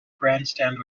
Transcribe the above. grandstand